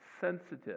sensitive